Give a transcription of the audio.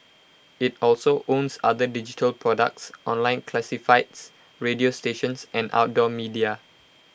IT also owns other digital products online classifieds radio stations and outdoor media